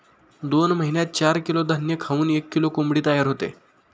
दोन महिन्यात चार किलो धान्य खाऊन एक किलो कोंबडी तयार होते